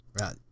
Right